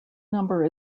number